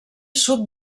sud